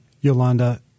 Yolanda